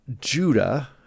Judah